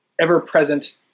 ever-present